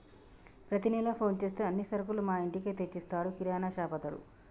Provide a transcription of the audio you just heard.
ప్రతి నెల ఫోన్ చేస్తే అన్ని సరుకులు మా ఇంటికే తెచ్చిస్తాడు కిరాణాషాపతడు